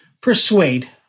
persuade